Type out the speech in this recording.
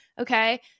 Okay